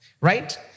right